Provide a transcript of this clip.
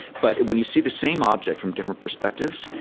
but when you see the same object from different perspectives,